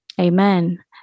Amen